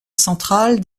centrale